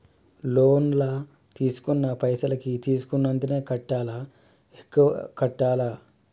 Loan లా తీస్కున్న పైసల్ కి తీస్కున్నంతనే కట్టాలా? ఎక్కువ కట్టాలా?